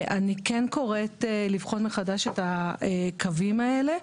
אני כן קוראת לבחון מחדש את הקווים האלה.